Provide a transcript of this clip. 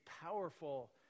powerful